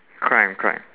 crime crime